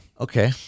Okay